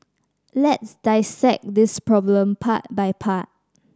let's dissect this problem part by part